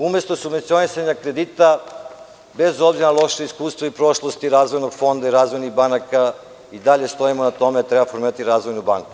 Umesto subvencionisanja kredita, bez obzira na loše iskustvo iz prošlosti, razvojnog fonda i razvojnih banaka, i dalje stojimo na tome da treba promeniti razvojnu banku.